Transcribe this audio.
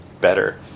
better